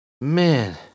Man